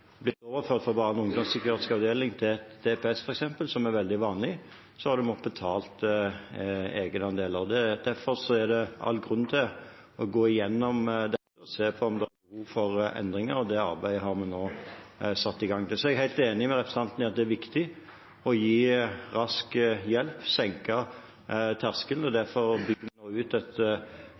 blitt overført fra barne- og ungdomspsykiatrisk avdeling til f.eks. DPS, som er veldig vanlig, har måttet betale egenandel. Derfor er det all grunn til å gå gjennom dette og se på om det er behov for endringer, og det arbeidet har vi nå satt i gang. Så er jeg helt enig med representanten i at det er viktig å gi rask hjelp, senke terskelen. Derfor bygger vi nå ut et